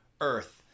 Earth